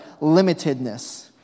limitedness